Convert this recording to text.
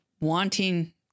wanting